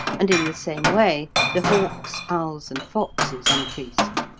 and in the same way the hawks, owls, and foxes increased.